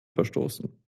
verstoßen